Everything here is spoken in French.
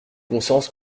conscience